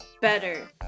better